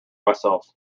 myself